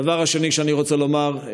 הדבר השני שאני רוצה לומר,